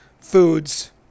foods